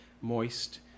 moist